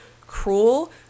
cruel